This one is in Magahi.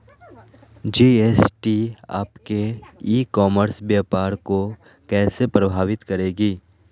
जी.एस.टी आपके ई कॉमर्स व्यापार को कैसे प्रभावित करेगी?